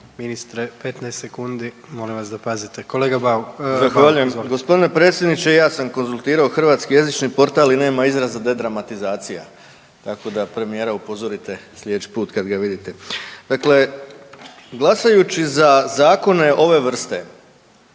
Ministre, 15 sekundi. Molim vas da pazite. Kolega Bauk, izvolite. **Bauk, Arsen (SDP)** Zahvaljujem. G. predsjedniče, i ja sam konzultirao Hrvatski jezični portal i nema izraza dedramatizacija, tako da premijera upozorite sljedeći put kad ga vidite. Dakle, glasajući za zakone ove vrste,